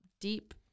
deep